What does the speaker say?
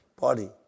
body